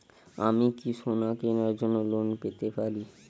আমি কি সোনা কেনার জন্য লোন পেতে পারি?